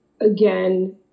again